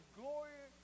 glory